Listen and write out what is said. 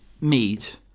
meat